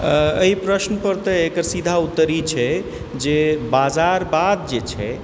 एहि प्रश्नपर तऽ एकर सीधा उत्तर ई छै जे बाजारवाद जे छै